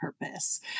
purpose